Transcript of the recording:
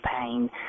pain